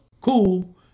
cool